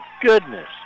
goodness